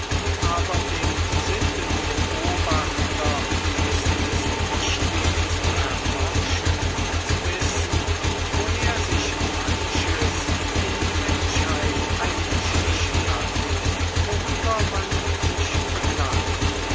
aber dem sittenbeobachter ist es wichtig zu erforschen und zu wissen woher sich manches in die menschheit eingeschlichen hat worüber man sich beklagt